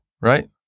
right